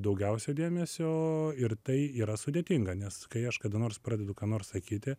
daugiausia dėmesio ir tai yra sudėtinga nes kai aš kada nors pradedu ką nors sakyti